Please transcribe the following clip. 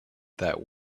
that